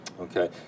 Okay